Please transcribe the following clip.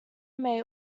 may